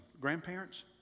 Grandparents